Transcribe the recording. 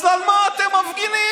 אז על מה אתם מפגינים?